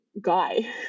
guy